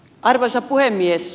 arvoisa puhemies